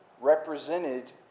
represented